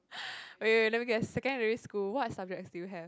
wait wait wait let me guess secondary school what subjects do you have